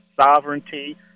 sovereignty